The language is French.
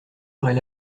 aurait